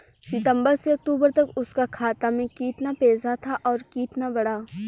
सितंबर से अक्टूबर तक उसका खाता में कीतना पेसा था और कीतना बड़ा?